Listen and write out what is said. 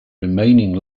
remaining